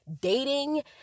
dating